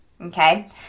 Okay